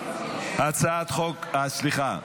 סליחה,